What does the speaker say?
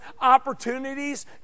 opportunities